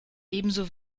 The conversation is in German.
ebenso